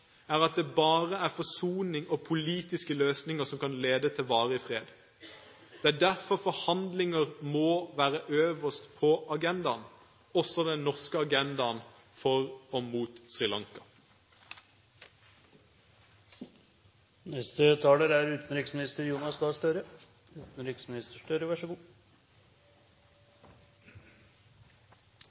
er at det bare er forsoning og politiske løsninger som kan lede til varig fred. Det er derfor forhandlinger må være øverst på agendaen, også den norske agendaen, for og mot